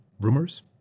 Rumors